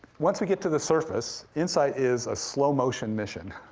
once we get to the surface, insight is a slow motion mission,